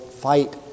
fight